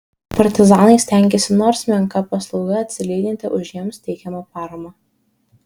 partizanai stengėsi nors menka paslauga atsilyginti už jiems teikiamą paramą